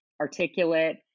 articulate